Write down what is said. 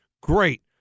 Great